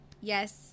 yes